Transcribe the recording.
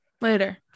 later